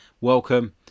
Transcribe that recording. welcome